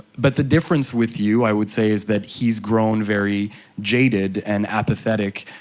but the difference with you, i would say, is that he's grown very jaded and apathetic,